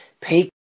pay